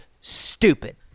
stupid